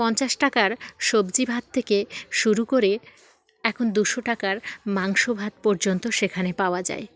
পঞ্চাশ টাকার সবজি ভাত থেকে শুরু করে এখন দুশো টাকার মাংস ভাত পর্যন্ত সেখানে পাওয়া যায়